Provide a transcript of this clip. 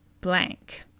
blank